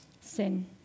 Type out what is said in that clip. sin